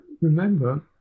remember